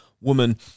woman